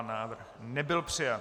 Návrh nebyl přijat.